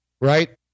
Right